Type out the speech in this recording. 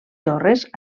torres